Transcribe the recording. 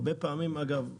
אגב,